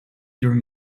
during